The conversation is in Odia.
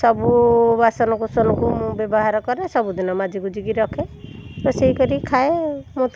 ସବୁ ବାସନକୁସନକୁ ମୁଁ ବ୍ୟବହାର କରେ ସବୁଦିନ ମାଜିମୁଜିକି ମୁଁ ରଖେ ରୋଷେଇ କରିକି ଖାଏ ମୁଁ